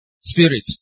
spirit